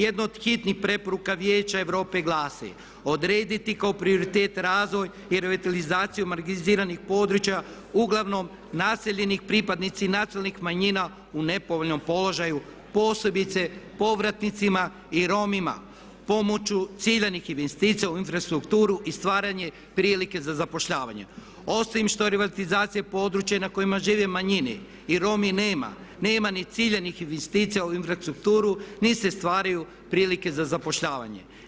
Jedno od hitnih preporuka Vijeća Europe glasi: "Odrediti kao prioritet razvoj i revitalizaciju marginaliziranih područja uglavnom naseljenih pripadnicima nacionalnih manjina u nepovoljnom položaju posebice povratnicima i Romima pomoću ciljanih investicija u infrastrukturu i stvaranje prilike za zapošljavanje. " Osim što revitalizacija područja na kojima žive manjine i Roma nema, nema ni ciljanih investicija u infrastrukturu, niti se stvaraju prilike za zapošljavanje.